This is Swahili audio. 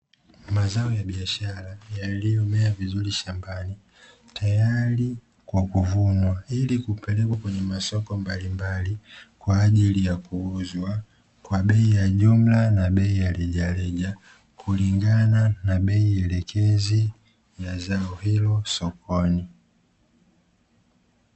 Mazao ya biashara yaliyomea vizuri shambani, tayari kwa kuvunwa ili kupelekwa kwenye masoko mbalimbali kwaajili ya kuuzwa kwa bei ya jumla na bei ya rejareja kulingana na bei elekezi ya zao hilo sokoni.